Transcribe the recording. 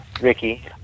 Ricky